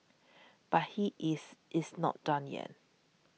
but he is is not done yet